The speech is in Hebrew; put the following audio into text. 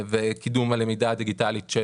קידום הלמידה הדיגיטלית של